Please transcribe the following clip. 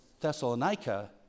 Thessalonica